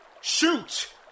Shoot